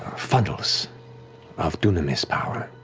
funnels of dunamis power.